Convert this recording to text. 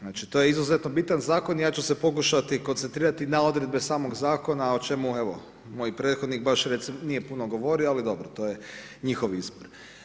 Znači, to je izuzetno bitan zakon, ja ću se pokušati koncentrirati na odredbe samog zakona o čemu evo, moj prethodnik baš recimo nije puno govorio, ali dobro, to je njih izbor.